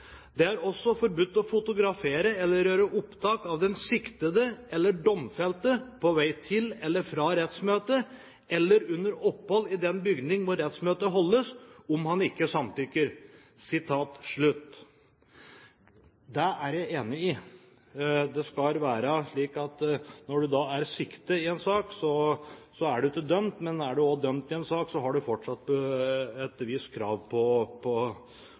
Det er også forbudt å fotografere eller gjøre opptak av den siktede eller domfelte på veg til eller fra rettsmøtet eller under opphold i den bygning hvor rettsmøtet holdes, om han ikke samtykker.» Det er jeg enig i. Det skal være slik at når du er siktet i en sak, så er du ikke dømt, men er du også dømt i en sak, så har du fortsatt et visst krav på